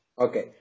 Okay